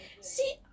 See